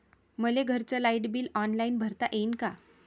मले घरचं light bill online भरता येईन का?